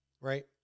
right